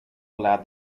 allowed